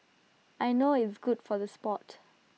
I know it's good for the Sport